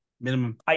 Minimum